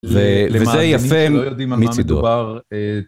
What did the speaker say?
וזה יפה מצידו.